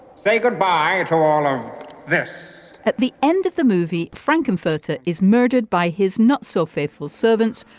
say good bye to all of this at the end of the movie frank infotech is murdered by his not so faithful servants.